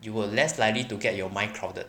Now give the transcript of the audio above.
you will less likely to get your mind crowded